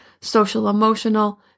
social-emotional